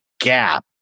gap